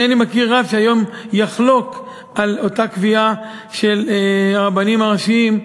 אינני מכיר רב שהיום יחלוק על אותה קביעה של הרבנים הראשיים,